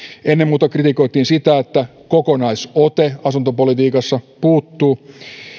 ennen muuta kritikoitiin sitä että kokonaisote asuntopolitiikassa puuttuu